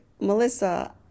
Melissa